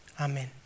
Amen